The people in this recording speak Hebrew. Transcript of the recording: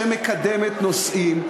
שמקדמת נושאים,